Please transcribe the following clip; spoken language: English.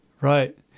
Right